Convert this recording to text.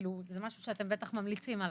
זה משהו שאתם בטח ממליצים עליו.